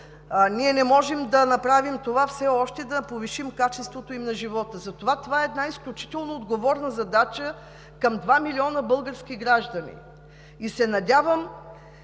Ние не можем все още да направим това – да повишим качеството им на живота, поради което това е една изключително отговорна задача към 2 милиона български граждани. Надявам